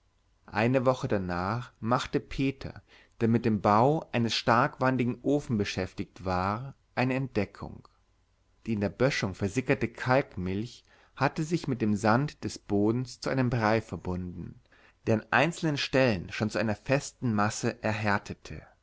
eine woche danach machte peter der mit dem bau eines starkwandigen ofens beschäftigt war eine entdeckung die in der böschung versickerte kalkmilch hatte sich mit dem sand des bodens zu einem brei verbunden der an einzelnen stellen schon zu einer festen masse erhärtete